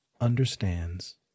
understands